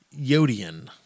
Yodian